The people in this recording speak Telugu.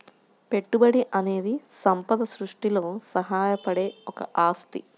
పెట్టుబడి అనేది సంపద సృష్టిలో సహాయపడే ఒక ఆస్తి